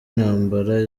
ntambara